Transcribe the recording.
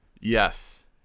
Yes